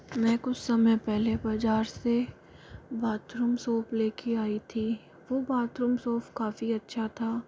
मैं कुछ समय पहले बाज़ार से बाथरूम सोप लेकर आयी थी वह बाथरूम सोप काफी अच्छा था